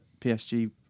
PSG